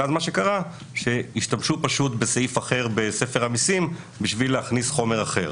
ומה שקרה הוא שהשתמשו פשוט בסעיף אחר בספר המסים בשביל להכניס חומר אחר.